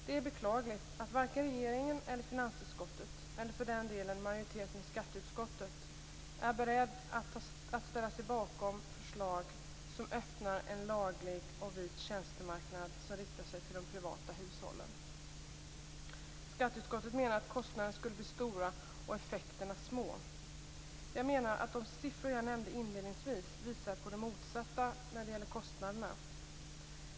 Det är beklagligt att varken regeringen eller finansutskottet, eller för den delen majoriteten i skatteutskottet, är beredd att ställa sig bakom förslag som öppnar en laglig och vit tjänstemarknad som riktar sig till de privata hushållen. Skatteutskottet menar att kostnaderna skulle bli stora och effekterna små. Jag menar att de siffror jag nämnde inledningsvis visar på det motsatta när det gäller kostnaderna.